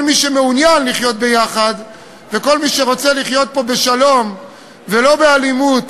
כל מי שמעוניין לחיות ביחד וכל מי שרוצה לחיות פה בשלום ולא באלימות